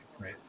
right